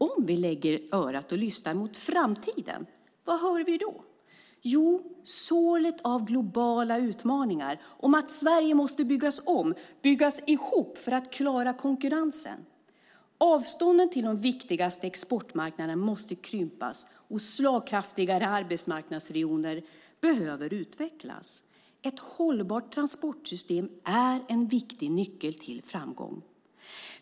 Om vi lägger örat mot framtiden och lyssnar - vad hör vi då? Jo, sorlet av globala utmaningar. Det handlar om att Sverige måste byggas om och byggas ihop för att klara konkurrensen. Avstånden till de viktigaste exportmarknaderna måste krympas, och slagkraftigare arbetsmarknadsregioner behöver utvecklas. Ett hållbart transportsystem är en viktig nyckel till framgång.